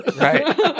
right